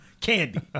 candy